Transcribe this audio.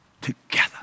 together